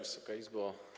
Wysoka Izbo!